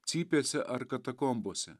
cypėse ar katakombose